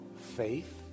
faith